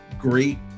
great